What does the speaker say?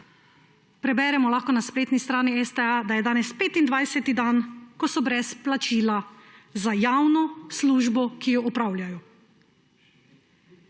Preberemo lahko na spletni strani STA, da je danes 25. dan, ko so brez plačila za javno službo, ki jo opravljajo.